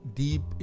deep